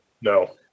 No